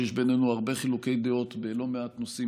שיש בינינו הרבה חילוקי דעות בלא מעט נושאים,